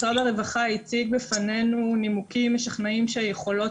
משרד הרווחה הציג בפנינו נימוקים משכנעים שהיכולות